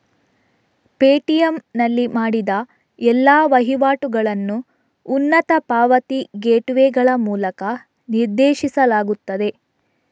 Paytm ನಲ್ಲಿ ಮಾಡಿದ ಎಲ್ಲಾ ವಹಿವಾಟುಗಳನ್ನು ಉನ್ನತ ಪಾವತಿ ಗೇಟ್ವೇಗಳ ಮೂಲಕ ನಿರ್ದೇಶಿಸಲಾಗುತ್ತದೆ